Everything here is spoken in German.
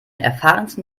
erfahrensten